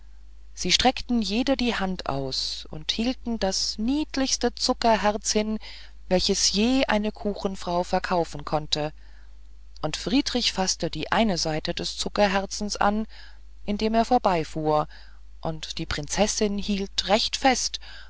sie streckten jede die hand aus und hielten das niedlichste zuckerherz hin welches je eine kuchenfrau verkaufen konnte und friedrich faßte die eine seite des zuckerherzens an indem er vorbeifuhr und die prinzessin hielt recht fest